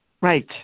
Right